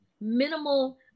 minimal